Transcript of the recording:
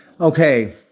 Okay